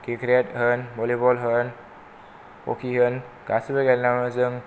cricket होन volleyball होन hockey होन गासैबो गेलेनायावनो जों